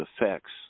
effects